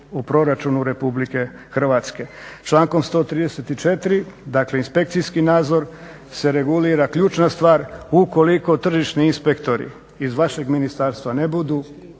u proračunu Republike Hrvatske. Člankom 134. dakle inspekcijski nadzor se regulira. Ključna stvar ukoliko tržišni inspektori iz vašeg ministarstva ne budu